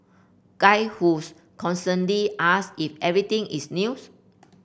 guy whose constantly ask if everything is news